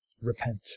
repent